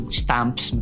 stamps